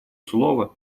слова